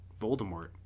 voldemort